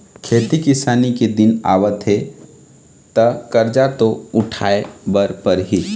खेती किसानी के दिन आवत हे त करजा तो उठाए बर परही